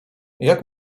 jak